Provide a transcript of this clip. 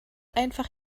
einfach